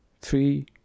three